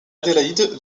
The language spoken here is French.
adélaïde